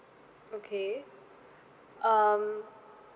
okay um